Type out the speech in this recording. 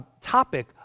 topic